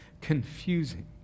confusing